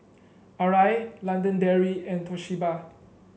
Arai London Dairy and Toshiba